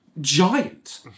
Giant